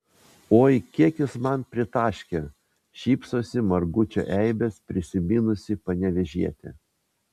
oi kiek jis man pritaškė šypsosi margučio eibes prisiminusi panevėžietė